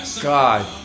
God